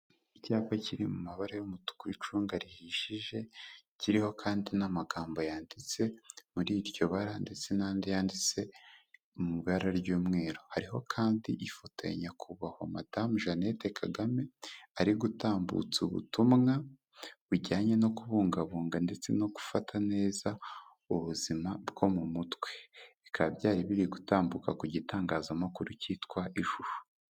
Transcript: Icyapa kiri mu mabara y'umutuku y'icunga rihishije, kiriho kandi n'amagambo yanditse muri iryo bara ndetse n'andi yanditse mu ibara ry'umweru, hariho kandi ifoto ya Nyakubahwa Madame Jeannete Kagame ari gutambutsa ubutumwa bujyanye no kubungabunga ndetse no gufata neza ubuzima bwo mu mutwe, bikaba byari biri gutambuka ku gitangazamakuru kitwa ishusho.